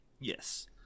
Yes